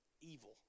evil